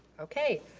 okay.